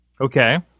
Okay